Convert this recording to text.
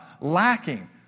lacking